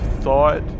thought